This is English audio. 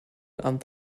and